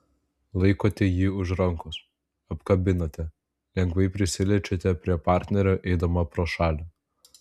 laikote jį už rankos apkabinate lengvai prisiliečiate prie partnerio eidama pro šalį